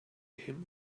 him